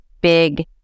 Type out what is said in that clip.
big